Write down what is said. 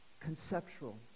conceptual